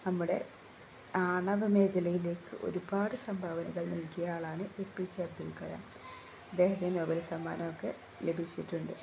നമ്മുടെ ആണവമേഖലയിലേക്ക് ഒരുപാട് സംഭാവനകൾ നൽകിയയാളാണ് A P J Abdul Kalam അദ്ദേഹത്തിന് നോബല് സമ്മാനമൊക്കെ ലഭിച്ചിട്ടുണ്ട്